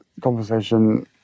conversation